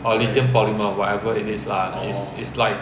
or lithium polymer whatever it is lah is is like